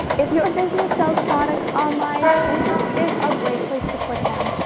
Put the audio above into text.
if your business sells products online, pinterest is a great place to put them.